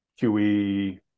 QE